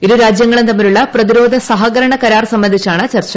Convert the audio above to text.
ഇരുരാജ്യങ്ങളും തമ്മിലുള്ള പ്രതിരോധ സഹകരണ കരാർ സംബന്ധിച്ചാണ്ട് ചർച്ച